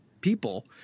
people